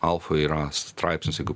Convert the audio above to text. alfoj yra straipsnis jeigu